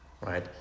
right